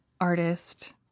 artist